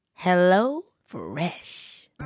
HelloFresh